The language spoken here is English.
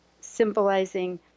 symbolizing